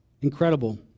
incredible